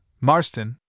Marston